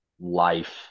life